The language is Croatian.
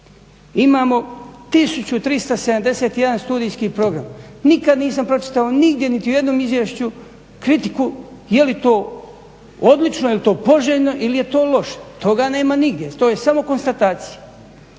Imamo 1371 studijski program, nikad nisam pročitao nigdje niti u jednom izvješću kritiku je li to odlično, je li to poželjno ili je to loše? Toga nema nigdje. To je samo konstatacija.